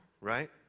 right